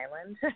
island